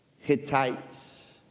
Hittites